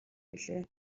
билээ